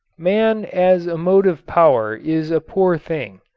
man as a motive power is a poor thing.